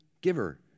giver